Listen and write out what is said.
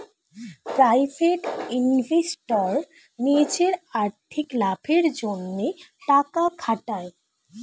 private investor নিজের আর্থিক লাভের জন্যে টাকা খাটায়